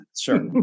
Sure